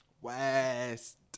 West